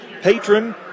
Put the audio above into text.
Patron